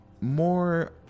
more